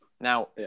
Now